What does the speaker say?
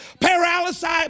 Paralysis